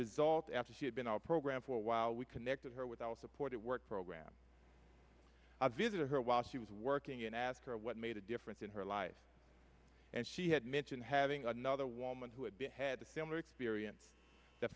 result after she had been our program for a while we connected her with our support at work program i visited her while she was working and asked her what made a difference in her life and she had mentioned having another woman who had been head a similar